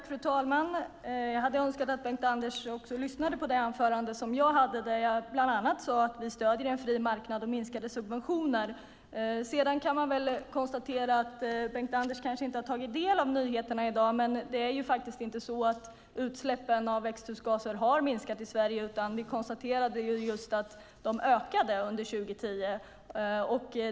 Fru talman! Jag hade önskat att Bengt-Anders också hade lyssnat på det anförande som jag höll, där jag bland annat sade att vi stöder en fri marknad och minskade subventioner. Sedan kan jag konstatera att Bengt-Anders kanske inte har tagit del av nyheterna i dag, men det är faktiskt inte så att utsläppen av växthusgaser har minskat i Sverige. Vi konstaterade just att de ökade under 2010.